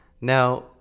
Now